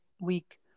week